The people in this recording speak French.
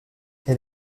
elle